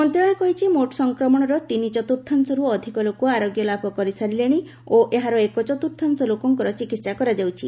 ମନ୍ତ୍ରଣାଳୟ କହିଛି ମୋଟ୍ ସଂକ୍ରମଣର ତିନି ଚତୁର୍ଥାଂଶରୁ ଅଧିକ ଲୋକ ଆରୋଗ୍ୟ ଲାଭ କରିସାରିଲେଣି ଓ ଏହାର ଏକଚତ୍ରର୍ଥାଂଶ ଲୋକଙ୍କର ଚିକିସ୍ତା କରାଯାଉଛି